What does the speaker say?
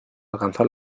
alcanzó